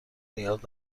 نیاز